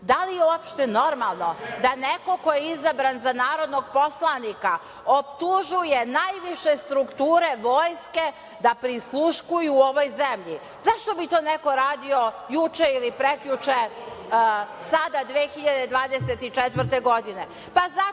da li je uopšte normalno da neko ko je izabran za narodnog poslanika optužuje najviše strukture vojske da prisluškuju u ovoj zemlji? Zašto bi to neko radio juče ili prekjuče, sada 2024. godine?